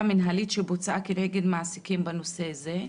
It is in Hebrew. מנהלית שבוצעה כנגד מעסיקים בנושא זה.